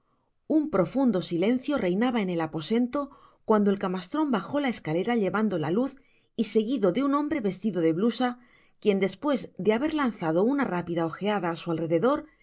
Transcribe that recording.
un profundo silencio reinaba en el aposento cuando el camastron bajo la escalera llevando la luz y seguido de un hombre vestido de blusa quien despues de haber lanzado una rápida ojeada á su alrededor